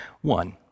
One